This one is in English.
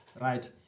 Right